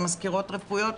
זה מזכירות רפואיות,